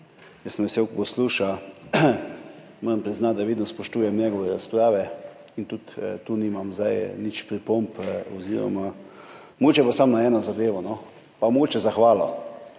Jaz sem vesel, ko posluša, moram priznati, da vedno spoštujem njegove razprave in tudi tu nimam zdaj nič pripomb oziroma mogoče samo na eno zadevo in mogoče zahvalo.